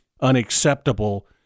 unacceptable